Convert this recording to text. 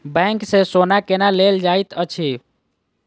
bank सँ सोना केना लेल जाइत अछि